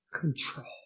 control